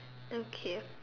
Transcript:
okay